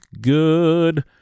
good